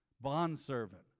bondservant